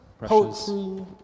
poetry